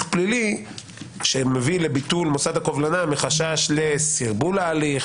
פלילי שמביא לביטול מוסד הקובלנה מחשש לסרבול ההליך,